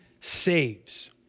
saves